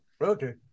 Okay